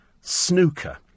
snooker